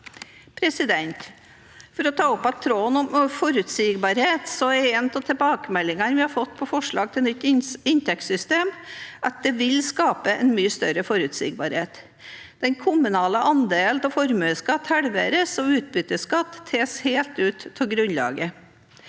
For å ta opp igjen tråden om forutsigbarhet, så er en av tilbakemeldingene vi har fått på forslag til nytt inntektssystem, at det vil skape en mye større forutsigbarhet. Den kommunale andelen av formuesskatt halveres, og utbytteskatt tas helt ut av grunnlaget.